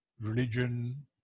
religion